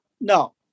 no